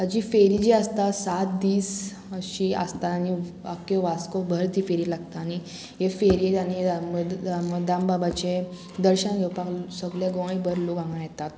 ताची फेरी जी आसता सात दीस अशी आसता आनी आक्को वास्को भर ती फेरी लागता आनी हे फेरयेक आनी दाम दामबाबाचें दर्शन घेवपाक सगळे गोंयभर लोक हांगा येतात